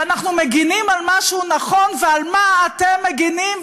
ואנחנו מגינים על משהו נכון ועל מה אתם מגינים,